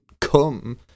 come